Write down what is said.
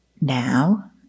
now